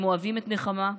הם אוהבים את נחמה,